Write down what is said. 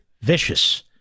vicious